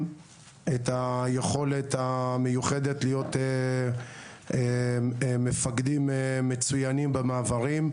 את היכולת המיוחדת להיות מפקדים מצוינים במעברים,